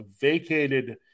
vacated